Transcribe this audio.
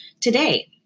today